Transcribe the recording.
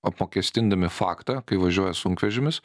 apmokestindami faktą kai važiuoja sunkvežimis